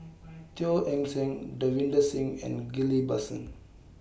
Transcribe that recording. Teo Eng Seng Davinder Singh and Ghillie BaSan